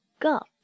got